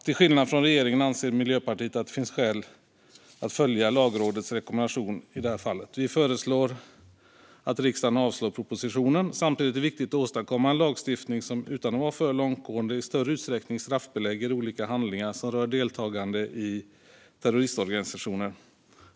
Till skillnad från regeringen anser Miljöpartiet att det finns skäl att följa Lagrådets rekommendation i det här fallet. Vi föreslår att riksdagen avslår propositionen. Samtidigt är det viktigt att åstadkomma en lagstiftning som, utan att vara för långtgående, i större utsträckning straffbelägger olika handlingar som rör deltagande i terroristorganisationer.